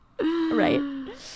Right